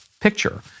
picture